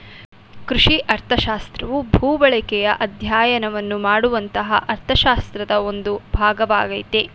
ಕೃಷಿ ಅರ್ಥಶಾಸ್ತ್ರವು ಭೂಬಳಕೆಯ ಅಧ್ಯಯನವನ್ನು ಮಾಡುವಂತಹ ಅರ್ಥಶಾಸ್ತ್ರದ ಒಂದು ಭಾಗವಾಗಯ್ತೆ